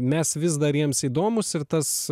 mes vis dar jiems įdomūs ir tas